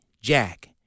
Jack